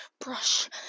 brush